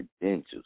credentials